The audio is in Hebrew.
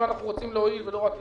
אם אנחנו רוצים להועיל ולא רק לדבר,